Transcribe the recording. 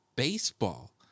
Baseball